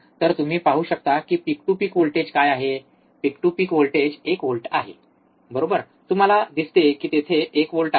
तर तुम्ही पाहू शकता की पीक टू पीक व्होल्टेज काय आहे पीक टू पीक व्होल्टेज एक व्होल्ट आहे बरोबर तुम्हाला दिसते की तेथे 1 व्होल्ट आहे